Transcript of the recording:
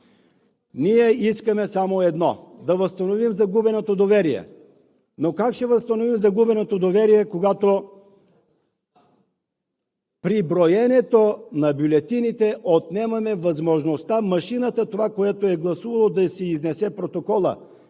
Ние искаме само едно – да възстановим загубеното доверие. Как ще възстановим обаче загубеното доверие, когато при броенето на бюлетините отнемаме възможността това, което е гласувано чрез машината,